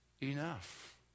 enough